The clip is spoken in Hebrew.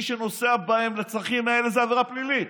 מי שנוסע בהם לצרכים האלה זו עבירה פלילית.